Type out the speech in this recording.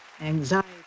anxiety